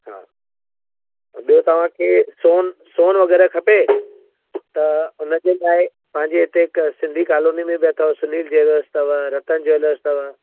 हा ॿियो तव्हांखे सोन सोन वग़ैरह खपे त उनजे लाइ पंहिंजे हिते हिकु सिंधी कॉलोनीअ में बि अथव सुनिल ज्वेलर्स अथव रतन ज्वेलर्स अथव